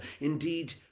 Indeed